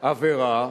עבירה